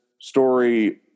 story